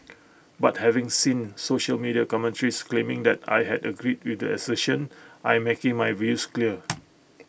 but having seen social media commentaries claiming that I had agreed with the assertion I am making my views clear